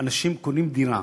כשאנשים קונים דירה,